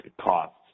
costs